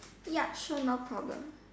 yup sure no problem